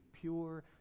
pure